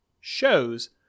shows